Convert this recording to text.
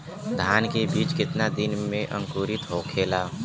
धान के बिज कितना दिन में अंकुरित होखेला?